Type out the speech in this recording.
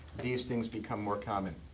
these things become more common.